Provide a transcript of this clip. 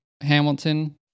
Hamilton